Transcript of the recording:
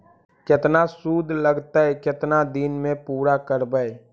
केतना शुद्ध लगतै केतना दिन में पुरा करबैय?